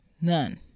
none